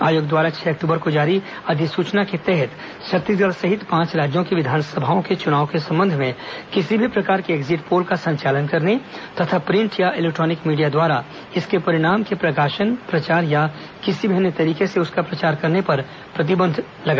आयोग द्वारा छह अक्टूबर को जारी अधिसूचना के तहत छत्तीसगढ़ सहित पांच राज्यों की विधानसभाओं के च्नाव के संबंध में किसी भी प्रकार के एक्जिट पोल का संचालन करने तथा प्रिंट या इलेक्ट्रॉनिक मीडिया द्वारा इसके परिणाम के प्रकाशन प्रचार या किसी भी अन्य तरीके से उसका प्रसार करने पर प्रतिबंध रहेगा